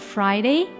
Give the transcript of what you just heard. Friday